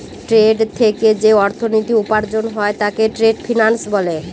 trade থেকে যে অর্থনীতি উপার্জন হয় তাকে ট্রেড ফিন্যান্স বলে